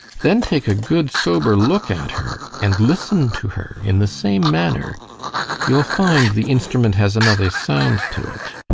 then take a good, sober look at her, and listen to her in the same manner you'll find the instrument has another sound to it.